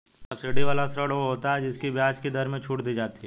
subsidy वाला ऋण वो होता है जिसकी ब्याज की दर में छूट दी जाती है